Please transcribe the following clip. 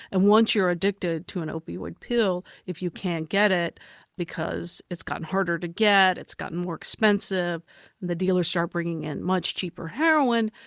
and once you're addicted to an opioid pill, if you can't get it because it's gotten harder to get, it's gotten more expensive, then the dealers start bringing in much cheaper heroin,